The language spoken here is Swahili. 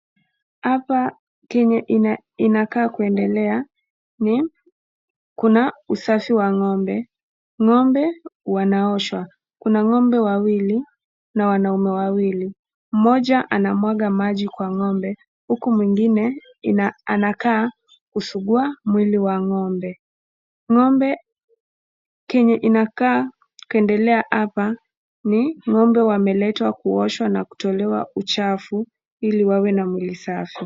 Hapa Kenya inakaa kuendelea ni kuna usafi wa ng'ombe. Ng'ombe wanaoshwa. Kuna ng'ombe wawili na wanaume wawili. Mmoja anamwaga maji kwa ng'ombe huku mwingine anakaka kusugua mwili wa ng'ombe. Ng'ombe kenye inakaa kuendelea hapa ni ng'ombe wameletwa kuoshwa na kutolewa uchafu ili wawe na mwili safi.